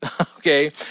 okay